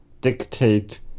dictate